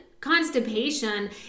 constipation